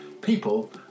people